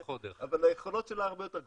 אבל היכולות שלה הרבה יותר גדולות.